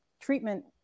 treatment